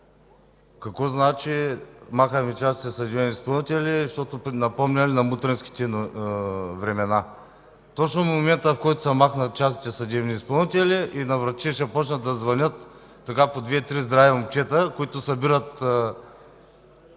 Какво значи „махаме частните съдебни изпълнители, защото напомняли на мутренските времена”? Точно в момента, в който се махнат частните съдебни изпълнители, на вратите ще започнат да звънят по две-три здрави момчета да събират